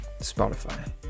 Spotify